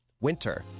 Winter